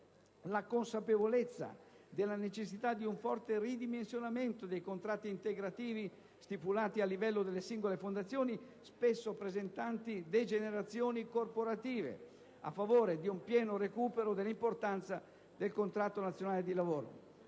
la consapevolezza della necessità di un forte ridimensionamento dei contratti integrativi stipulati a livello delle singole fondazioni, spesso presentanti degenerazioni corporative, a favore di un pieno recupero dell'importanza del contratto collettivo nazionale di lavoro.